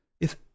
If